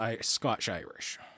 Scotch-Irish